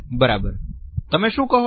બરાબર તમે શું કહો છો